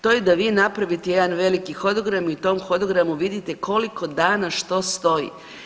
To je da vi napravite jedan veliki hodogram i u tom hodogramu vidite koliko dana što stoji.